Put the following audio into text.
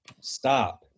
Stop